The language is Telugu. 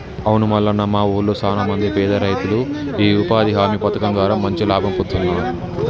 అవును మల్లన్న మా ఊళ్లో సాన మంది పేద రైతులు ఈ ఉపాధి హామీ పథకం ద్వారా మంచి లాభం పొందుతున్నారు